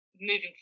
moving